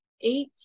eight